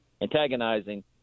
antagonizing